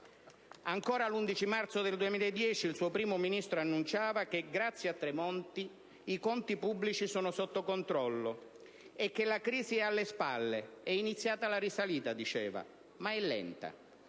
Ancora l'11 marzo del 2010, il suo Primo Ministro annunciava che grazie a Tremonti i conti pubblici sono sotto controllo, che «la crisi è alle spalle, è iniziata la risalita, ma è lenta».